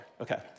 okay